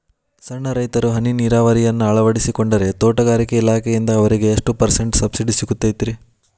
ಸಣ್ಣ ರೈತರು ಹನಿ ನೇರಾವರಿಯನ್ನ ಅಳವಡಿಸಿಕೊಂಡರೆ ತೋಟಗಾರಿಕೆ ಇಲಾಖೆಯಿಂದ ಅವರಿಗೆ ಎಷ್ಟು ಪರ್ಸೆಂಟ್ ಸಬ್ಸಿಡಿ ಸಿಗುತ್ತೈತರೇ?